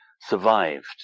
survived